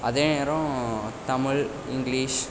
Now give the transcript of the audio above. அதே நேரம் தமிழ் இங்கிலீஷ்